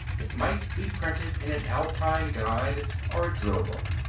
it might be printed in an alpine guide or drill book.